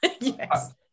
yes